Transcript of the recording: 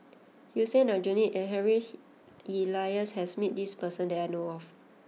Hussein Aljunied and Harry Elias has met this person that I know of